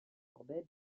courbet